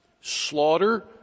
slaughter